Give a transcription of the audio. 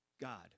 god